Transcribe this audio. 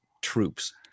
troops